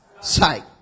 sight